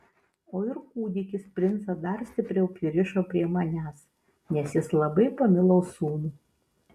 o ir kūdikis princą dar stipriau pririšo prie manęs nes jis labai pamilo sūnų